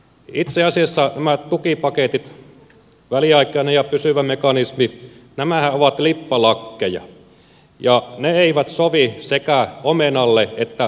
itse asiassa nämä tukipaketithan väliaikainen ja pysyvä mekanismi ovat lippalakkeja ja ne eivät sovi sekä omenalle että melonille